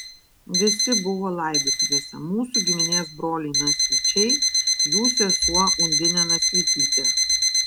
visi buvo laidotuvėse mūsų giminės broliai nasvyčiai jų sesuo undinė nasvytytė